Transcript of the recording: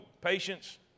patience